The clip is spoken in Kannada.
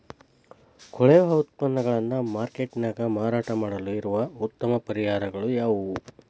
ಕೊಳೆವ ಉತ್ಪನ್ನಗಳನ್ನ ಮಾರ್ಕೇಟ್ ನ್ಯಾಗ ಮಾರಾಟ ಮಾಡಲು ಇರುವ ಉತ್ತಮ ಪರಿಹಾರಗಳು ಯಾವವು?